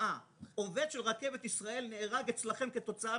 התוצאה עובד של רכבת ישראל נהרג אצלכם כתוצאה